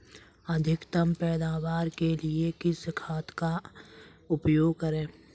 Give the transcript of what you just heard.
अधिकतम पैदावार के लिए किस खाद का उपयोग करें?